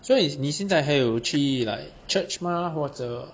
所以你现在还有去: suo yi ni xian zai hai you qu like church 吗或者